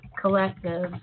collective